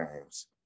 games